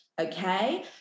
Okay